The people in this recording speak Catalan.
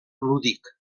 lúdic